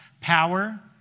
power